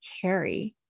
carry